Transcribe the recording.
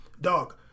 dog